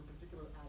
particular